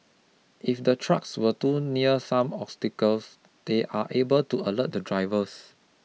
if the trucks are too near some obstacles they are able to alert the drivers